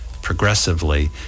progressively